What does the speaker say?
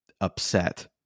upset